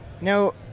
Now